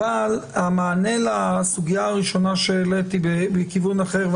אבל המענה לסוגיה הראשונה שהעלית הוא מכיוון אחר,